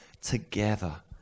together